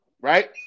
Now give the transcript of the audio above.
right